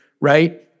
Right